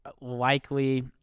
Likely